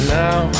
now